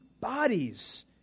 bodies